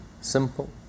simple